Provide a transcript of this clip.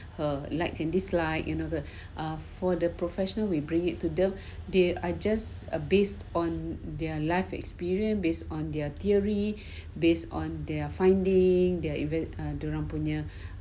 her likes and dislikes you know the err for the professional we bring it to the they I just uh based on their life experience based on their theory based on their finding their event dia orang punya